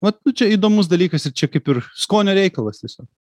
vat nu čia įdomus dalykas ir čia kaip ir skonio reikalas tiesiog